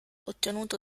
ottenuto